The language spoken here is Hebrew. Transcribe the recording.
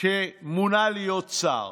שמונה להיות שר.